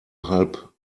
halb